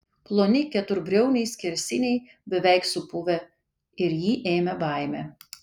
ploni keturbriauniai skersiniai beveik supuvę ir jį ėmė baimė